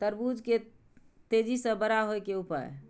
तरबूज के तेजी से बड़ा होय के उपाय?